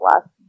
last